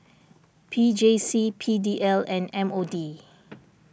P J C P D L and M O D